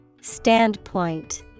Standpoint